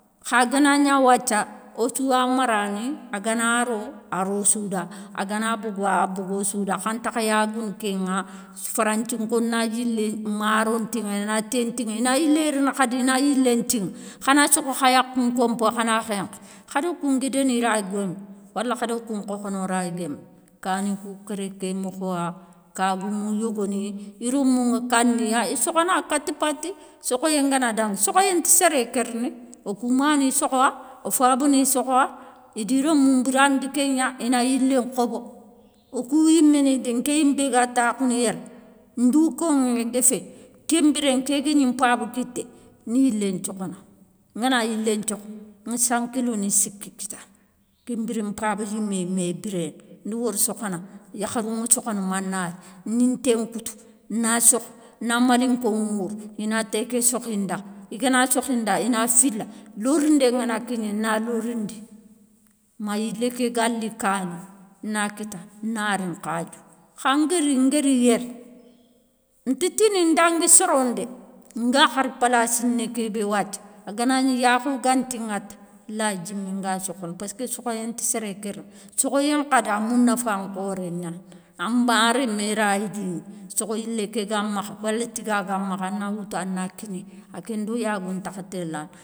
Kha ganagna wathia o souwa marani a gana ro arossouda agana bogou, abogo souda khantakha yagounou kéŋa, faranthinko na yilé maro ntinkana, ina té ntiŋa ina yilé rini khadi i na yilé ntiŋa khana sokhou kha yakhou nkonpo khana khenkhé, khado koun guidé ni raya guémé, wala khado koun khokhono raya guémé, kani kou kéré ké mokhowa. Ka goumou yogoni i rémouŋa kaniya i sokhona kati pati, sokhoyé ngana dangui, sokhoyé nti séré kérini wo kou mani sokhowa wo fabani sokhowa, i di rémou nbirandi kégna, i na yilén khobo, wo kou yiméni dé, nké yimé bé ga takhounou yéré, ndou koŋé ga fé. Kenbiré nké gégni npaba kitté, n yilé nthiokhona, ngana yilé nthiokho ŋa sankiloni sikki kitana, kenbiré npaba yimé yi mé biréné ndi wori sokhona. Yakharou ŋa sokhona manayél nin té nkoutou, na sokho, na malinko mourou i na té ké sokhinda, i gana sokhi nda i na fila, lorindé ngana kigné, na lorindi, ma yilé ké ga li kani, na kitta na ri nkhadiou, kha ngari ngari yéré, nti tini ndagui soro ndé, nga hari palassiné ké bé wathia, a ga na gni yakho ganti ŋata, lay djimi nga sokhono paské sokhoyé nti séré kérini, sokhoyé nkhadi a mounafa nkhoré gnani, a ma rémé raya rini sokho yilé ké ga makha wala tiga ga makha a na woutou a na kinéyi a ké ndo yagou ntakha ntéla.